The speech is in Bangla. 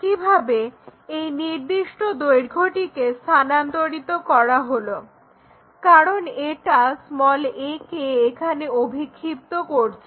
একইভাবে এই নির্দিষ্ট দৈর্ঘ্যটিকে স্থানান্তরিত করা হলো কারণ এটা a কে এখানে অভিক্ষিপ্ত করছে